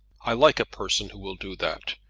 i like a person who will do that.